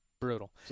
Brutal